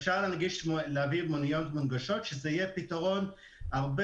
אפשר להביא מוניות מונגשות שזה יהיה פתרון הרבה